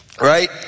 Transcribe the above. Right